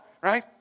right